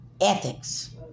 ethics